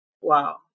Wow